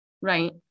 right